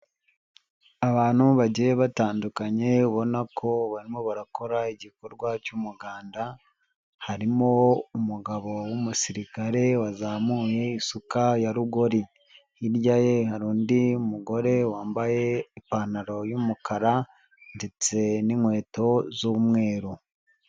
Abantu bagiye batandukanye ubona ko barimo barakora igikorwa cy'umuganda, harimo umugabo w'umusirikare wazamuye isuka ya rugori, hirya ye hari undi mugore wambaye ipantaro y'umukara ndetse n'inkweto z'umweru.